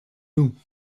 nous